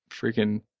freaking